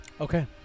Okay